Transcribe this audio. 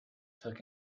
took